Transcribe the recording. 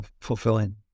fulfilling